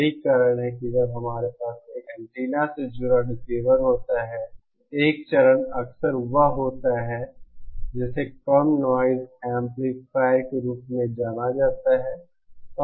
यही कारण है कि जब हमारे पास एक एंटीना से जुड़ा रिसीवर होता है तो 1 चरण अक्सर वह होता है जिसे कम नॉइज़ एंपलीफायर के रूप में जाना जाता है